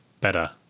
better